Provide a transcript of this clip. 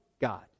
God